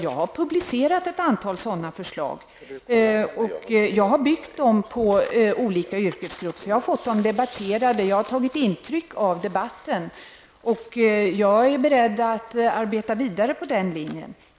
Jag har publicerat ett antal sådana förslag och dem har jag byggt på vad som gäller för olika yrkesgrupper. Dessa förslag har diskuterats och jag har tagit intryck av debatten. Jag är beredd att arbeta vidare på den linjen.